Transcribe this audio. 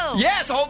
Yes